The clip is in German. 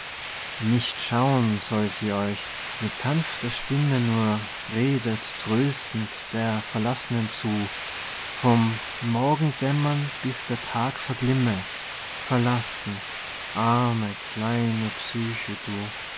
nicht schauen soll sie euch mit sanfter stimme nur redet tröstend der verlass'nen zu vom morgendämmern bis der tag verglimme verlassen arme kleine psyche du